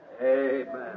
Amen